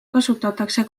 kasutatakse